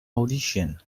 audition